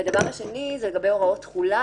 והדבר השני, לגבי הוראות תחולה.